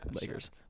Lakers